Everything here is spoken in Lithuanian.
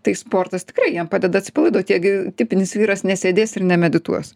tai sportas tikrai jiem padeda atsipalaiduot jie gi tipinis vyras nesėdės ir nemedituos